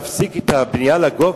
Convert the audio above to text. להפסיק את הבנייה לגובה.